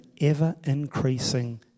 ever-increasing